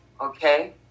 okay